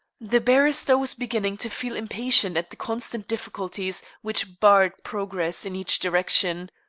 the barrister was beginning to feel impatient at the constant difficulties which barred progress in each direction.